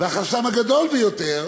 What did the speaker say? החסם הגדול ביותר,